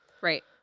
Right